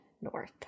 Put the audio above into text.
north